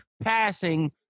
passing